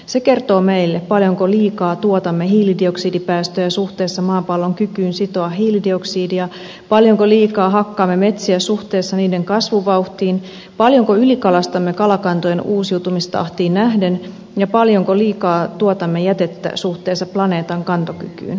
se kertoo meille paljonko liikaa tuotamme hiilidioksidipäästöjä suhteessa maapallon kykyyn sitoa hiilidioksiidia paljonko liikaa hakkaamme metsiä suhteessa niiden kasvuvauhtiin paljonko ylikalastamme kalakantojen uusiutumistahtiin nähden ja paljonko liikaa tuotamme jätettä suhteessa planeetan kantokykyyn